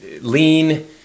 Lean